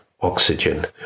oxygen